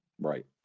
Right